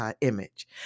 image